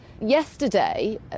yesterday